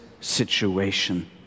situation